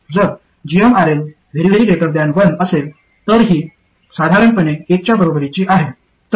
जर gmRL 1 असेल तर ही साधारणपणे 1 च्या बरोबरीची आहे